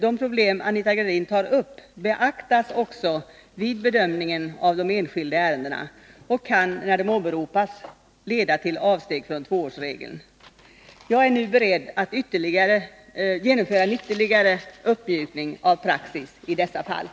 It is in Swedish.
De problem Anita Gradin tar upp beaktas också vid bedömningen av de enskilda ärendena och kan, när de åberopas, leda till avsteg från tvåårsregeln. Jag är beredd att genomföra en ytterligare uppmjukning av praxis i dessa fall.